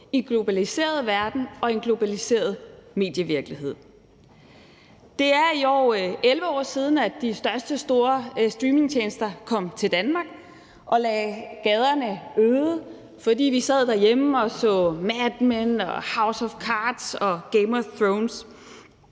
i en globaliseret verden og en globaliseret medievirkelighed. Det er i år 11 år siden, at de største streamingtjenester kom til Danmark og lagde gaderne øde, fordi vi sad derhjemme og så »Mad Men«, »House of Cards« og »Game of Thrones«.